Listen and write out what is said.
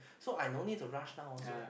so I don't need to rush down also